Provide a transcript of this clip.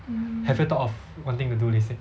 have you thought of wanting to do lasik